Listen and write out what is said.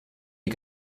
die